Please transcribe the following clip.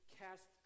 cast